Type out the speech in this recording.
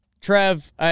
Trev